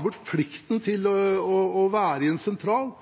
bort plikten til å